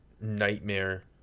nightmare